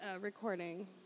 recording